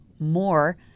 More